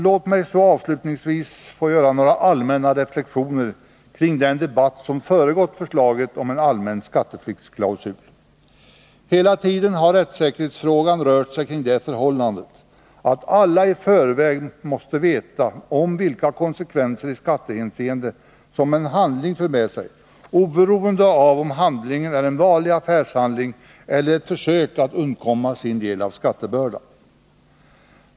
Låt mig så avslutningsvis få göra några allmänna reflexioner kring den debatt som har föregått förslaget om en allmän skatteflyktsklausul. Hela tiden har rättssäkerhetsfrågan rört sig kring det förhållandet att alla i förväg måste veta om vilka konsekvenser i skattehänseende som en handling för med sig, oberoende av om handlingen är en vanlig affärshandling eller ett försök av vederbörande att undkomma sin del av skattebördan.